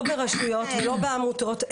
לא ברשויות ולא בעמותות,